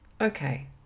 Okay